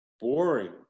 boring